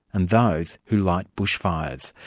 and those who light bushfires.